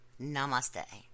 namaste